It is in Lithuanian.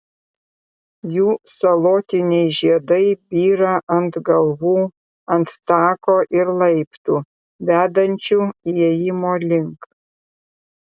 jų salotiniai žiedai byra ant galvų ant tako ir laiptų vedančių įėjimo link